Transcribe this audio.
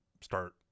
Start